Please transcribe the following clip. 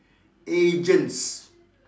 agents